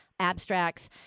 Abstracts